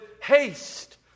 haste